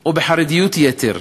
או בחרדיות יתר,